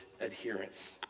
adherence